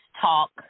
talk